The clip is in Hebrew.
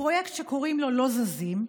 בפרויקט שקוראים לו "לא זזים",